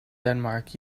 denmark